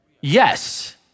Yes